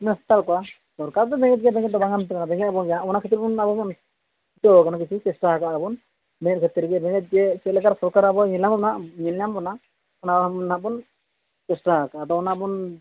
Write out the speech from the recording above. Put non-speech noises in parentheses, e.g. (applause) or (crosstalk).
ᱥᱤᱠᱷᱱᱟᱹᱛ ᱦᱚᱪᱚ ᱠᱚᱣᱟ ᱥᱚᱨᱠᱟᱨ ᱫᱚ (unintelligible) ᱚᱱᱟ ᱠᱷᱟᱹᱛᱤᱨ ᱵᱚᱱ ᱟᱵᱚ ᱵᱚᱱ ᱪᱮᱥᱴᱟᱣ ᱠᱟᱜᱼᱟ ᱵᱚᱱ ᱱᱤᱭᱟᱹ ᱠᱷᱟᱹᱛᱤᱨ ᱜᱮ ᱱᱤᱭᱟᱹ ᱡᱮ ᱪᱮᱫ ᱞᱮᱠᱟᱨᱮ ᱥᱚᱨᱠᱟᱨ ᱟᱵᱚᱭ ᱧᱮᱞ ᱧᱟᱢ ᱵᱚᱱᱟ ᱚᱱᱟ ᱦᱟᱸᱜ ᱵᱚᱱ ᱪᱮᱥᱴᱟ ᱠᱟᱜᱼᱟ ᱟᱫᱚ ᱚᱱᱟ ᱵᱚᱱ